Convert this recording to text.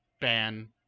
ban